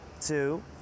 two